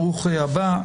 ברוך הבא.